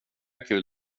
kul